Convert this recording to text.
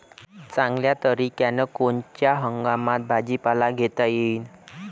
चांगल्या तरीक्यानं कोनच्या हंगामात भाजीपाला घेता येईन?